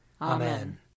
Amen